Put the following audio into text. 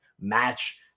match